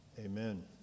Amen